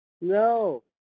No